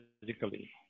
physically